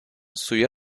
suyu